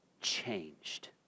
changed